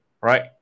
right